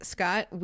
Scott